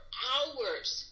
hours